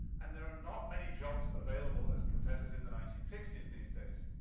and there are not many jobs available as professors in the nineteen sixty s these days.